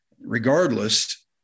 regardless